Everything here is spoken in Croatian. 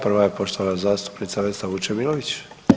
Prva je poštovana zastupnica Vesna Vučemilović.